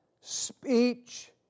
Speech